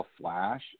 Flash